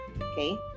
okay